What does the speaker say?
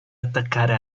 attaccare